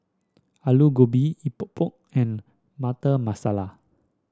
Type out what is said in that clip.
Aloo Gobi Epok Epok and Butter Masala